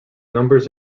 numbers